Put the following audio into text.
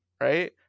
Right